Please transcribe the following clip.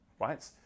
right